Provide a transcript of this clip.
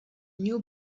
new